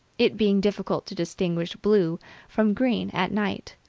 it being difficult to distinguish blue from green at night.